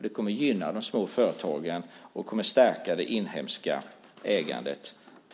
Det kommer att gynna de små företagen, och det kommer att stärka det inhemska ägandet.